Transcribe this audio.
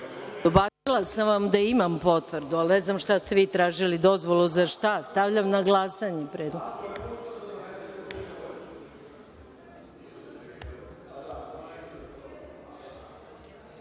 Dobacila sam vam da imam potvrdu, ali ne znam šta ste vi tražili, dozvolu za šta? Stavljam na glasanje ovaj